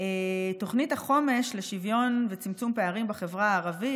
תוכנית החומש לשוויון וצמצום פערים בחברה הערבית,